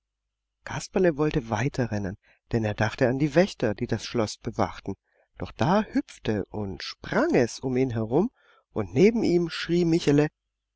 kasperle wollte weiterrennen denn er dachte an die wächter die das schloß bewachten doch da hüpfte und sprang es um ihn herum und neben ihm schrie michele